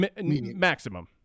Maximum